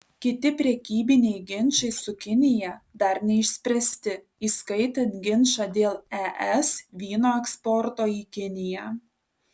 kiti prekybiniai ginčai su kinija dar neišspręsti įskaitant ginčą dėl es vyno eksporto į kiniją